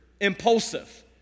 impulsive